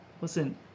Listen